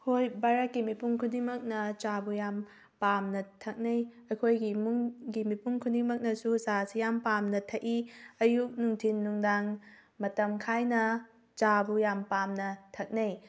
ꯍꯣꯏ ꯚꯥꯔꯠꯀꯤ ꯃꯤꯄꯨꯝ ꯈꯨꯗꯤꯡꯃꯛꯅ ꯆꯥꯕꯨ ꯌꯥꯝ ꯄꯥꯝꯅ ꯊꯛꯅꯩ ꯑꯩꯈꯣꯏꯒꯤ ꯏꯃꯨꯡꯒꯤ ꯃꯤꯄꯨꯝ ꯈꯨꯗꯤꯡꯃꯛꯅꯁꯨ ꯆꯥꯁꯦ ꯌꯥꯝ ꯄꯥꯝꯅ ꯊꯛꯏ ꯑꯌꯨꯛ ꯅꯨꯡꯊꯤꯜ ꯅꯨꯡꯗꯥꯡ ꯃꯇꯝ ꯈꯥꯏꯅ ꯆꯥꯕꯨ ꯌꯥꯝ ꯄꯥꯝꯅ ꯊꯛꯅꯩ